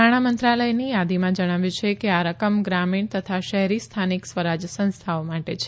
નાણાં મંત્રાલયની યાદીમાં જણાવ્યું છે કે આ રકમ ગ્રામીણ તથા શહેરી સ્થાનિક સ્વરાજ સંસ્થાઓ માટે છે